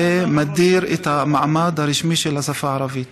מבטל את המעמד הרשמי של השפה הערבית.